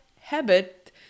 habit